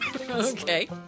Okay